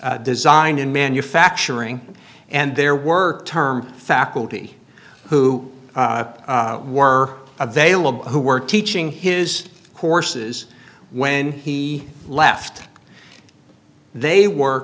taught design in manufacturing and their work term faculty who were available who were teaching his courses when he left they w